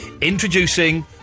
introducing